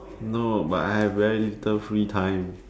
no but I have very little free time